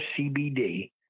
CBD